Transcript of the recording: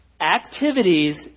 activities